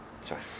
sorry